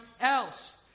else